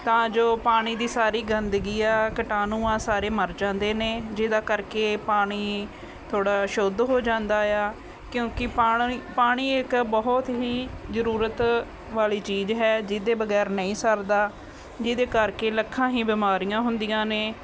ਤਾਂ ਜੋ ਪਾਣੀ ਦੀ ਸਾਰੀ ਗੰਦਗੀ ਆ ਕੀਟਾਣੂ ਆ ਸਾਰੇ ਮਰ ਜਾਂਦੇ ਨੇ ਜਿਹਦਾ ਕਰਕੇ ਪਾਣੀ ਥੋੜ੍ਹਾ ਸ਼ੁੱਧ ਹੋ ਜਾਂਦਾ ਆ ਕਿਉਂਕਿ ਪਾਣੌ ਪਾਣੀ ਇੱਕ ਬਹੁਤ ਹੀ ਜ਼ਰੂਰਤ ਵਾਲੀ ਚੀਜ਼ ਹੈ ਜਿਹਦੇ ਬਗੈਰ ਨਹੀਂ ਸਰਦਾ ਜਿਹਦੇ ਕਰਕੇ ਲੱਖਾਂ ਹੀ ਬਿਮਾਰੀਆਂ ਹੁੰਦੀਆਂ ਨੇ